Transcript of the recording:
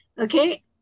Okay